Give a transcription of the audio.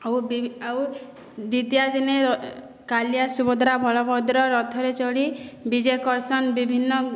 ଆଉ ଦ୍ୱିତୀୟା ଦିନେ କାଳିଆ ସୁଭଦ୍ରା ବଳଭଦ୍ର ରଥରେ ଛଢି ବିଜେ କର୍ସନ୍ ବିଭିନ୍ନ